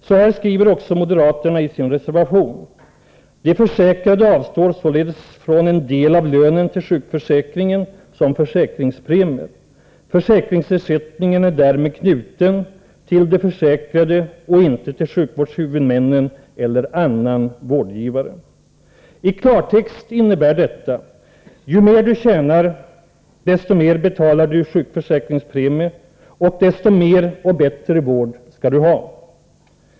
Så här skriver också moderaterna i sin reservation till socialutskottets yttrande: ”De försäkrade avstår således från en del av lönen till sjukförsäkringen som försäkringspremier. Försäkringsersättningen är härmed knuten till de försäkrade och inte till sjukvårdshuvudmännen eller andra vårdgivare.” I klartext innebär detta: Ju mer du tjänar, desto mer betalar du i sjukförsäkringspremie och desto mer och bättre vård skall du ha!